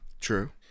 true